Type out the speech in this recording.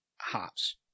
hops